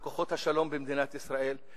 על כוחות השלום במדינת ישראל,